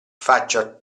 faccia